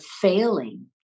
failing